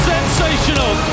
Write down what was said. Sensational